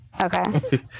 Okay